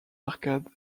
arcades